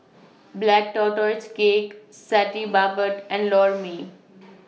Black Tortoise Cake Satay Babat and Lor Mee